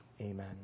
Amen